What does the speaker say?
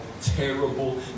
terrible